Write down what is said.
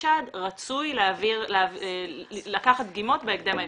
רצוי לקחת דגימות בהקדם האפשרי.